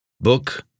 Book